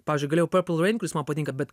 pavyzdžiui galėjau purple rain kuris man patinka bet